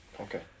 Okay